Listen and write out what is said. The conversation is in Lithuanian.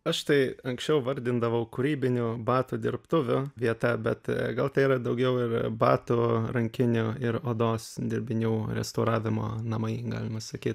aš tai anksčiau vardindavau kūrybinių batų dirbtuvių vieta bet gal tai yra daugiau ir batų rankinių ir odos dirbinių restauravimo namai galima sakyt